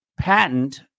patent